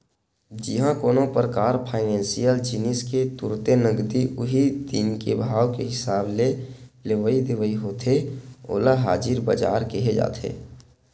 जिहाँ कोनो परकार फाइनेसियल जिनिस के तुरते नगदी उही दिन के भाव के हिसाब ले लेवई देवई होथे ओला हाजिर बजार केहे जाथे